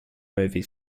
movie